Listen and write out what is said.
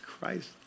Christ